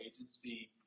agency